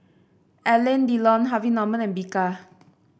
Alain Delon Harvey Norman and Bika